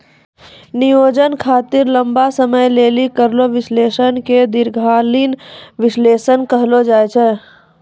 नियोजन खातिर लंबा समय लेली करलो विश्लेषण के दीर्घकालीन विष्लेषण कहलो जाय छै